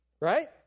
Right